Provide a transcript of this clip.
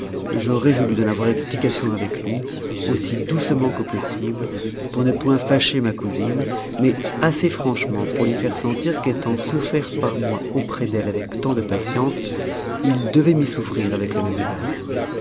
je résolus d'en avoir explication avec lui aussi doucement que possible pour ne point fâcher ma cousine mais assez franchement pour lui faire sentir qu'étant souffert par moi auprès d'elle avec tant de patience il devait m'y souffrir avec le même égard